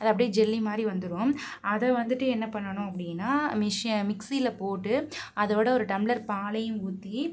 அது அப்படியே ஜெல்லி மாதிரி வந்துடும் அதை வந்துட்டு என்ன பண்ணணும் அப்படின்னா மிக்சி மிக்சியில் போட்டு அதோடு ஒரு டம்ளர் பாலையும் ஊற்றி